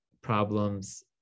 problems